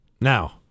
Now